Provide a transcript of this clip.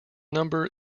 number